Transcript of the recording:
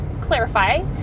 clarify